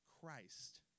Christ